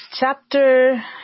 Chapter